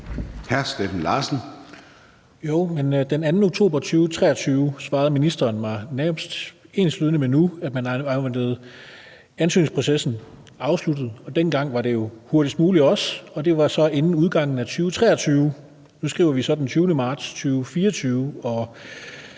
13:41 Steffen Larsen (LA): Men den 2. oktober 2023 svarede ministeren mig nærmest enslydende med nu, at man afventede ansøgningsprocessen afsluttet – dengang var det også hurtigst muligt, og det var så inden udgangen af 2023. Nu skriver vi så den 20. marts 2024, og